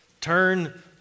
turn